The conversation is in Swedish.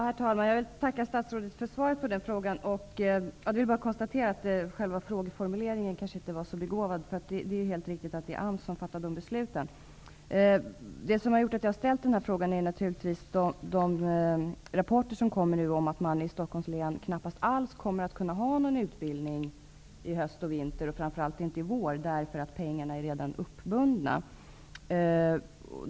Herr talman! Jag tackar statsrådet för svaret på frågan och konstaterar att själva formuleringen av frågan kanske inte var så begåvad. Det är helt riktigt att det är AMS som fattar de här besluten. Att jag ställt denna fråga beror på de rapporter som kommer om att man i Stockholms län nästan inte alls kan ha någon utbildning vare sig i höst, i vinter eller framför allt i vår, därför att pengarna redan är uppbundna.